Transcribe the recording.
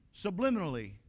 subliminally